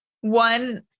One